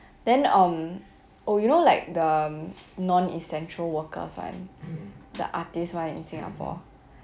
then um oh you know like the non essential workers one the artist one in singapore